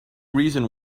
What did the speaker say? reason